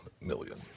million